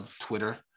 Twitter